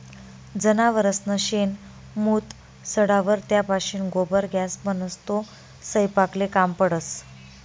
जनावरसनं शेण, मूत सडावर त्यापाशीन गोबर गॅस बनस, तो सयपाकले काम पडस